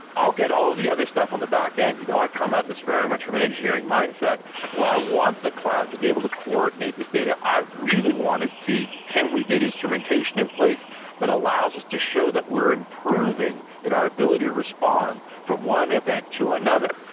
i'll get all the other stuff on the backend. you know, i come at this very much from an engineering mindset where i want the cloud to be able to coordinate this date. ah i really want to see can we get instrumentation in place that allows us to show that we are improving in our ability to respond from one event to another.